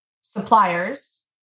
suppliers